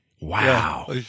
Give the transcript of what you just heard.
Wow